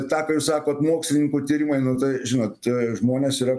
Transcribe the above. tą ką jūs sakot mokslininkų tyrimai nu tai žinot žmonės yra